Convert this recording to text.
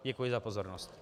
Děkuji za pozornost.